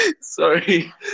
Sorry